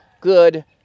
good